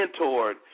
mentored